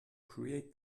create